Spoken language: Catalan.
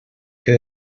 que